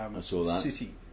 city